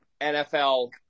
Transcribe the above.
NFL